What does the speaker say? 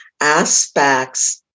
aspects